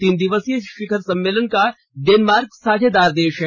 तीन दिवसीय इस शिखर सम्मेलन का डेनमार्क साझेदार देश है